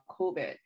COVID